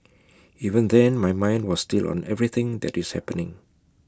even then my mind was still on everything that is happening